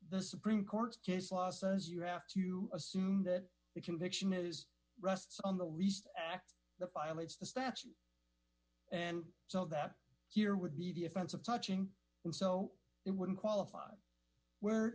the supreme court case law says you have to assume that the conviction is rests on the lease act the pilots the statute and so that here would be the offensive touching and so it wouldn't qualify where